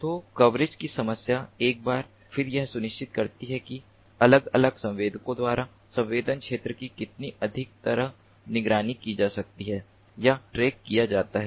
तो कवरेज की समस्या एक बार फिर यह सुनिश्चित करती है कि अलग अलग संवेदकों द्वारा संवेदन क्षेत्र की कितनी अच्छी तरह निगरानी की जाती है या ट्रैक किया जाता है